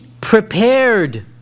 prepared